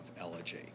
elegy